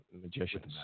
magicians